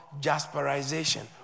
jasperization